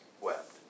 wept